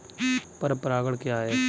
पर परागण क्या है?